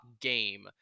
game